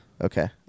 okay